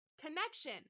connection